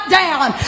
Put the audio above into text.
down